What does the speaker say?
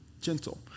gentle